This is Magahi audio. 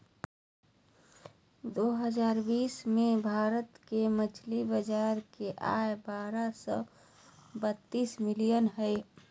दो हजार बीस में भारत के मछली बाजार के आय बारह सो बतीस बिलियन हइ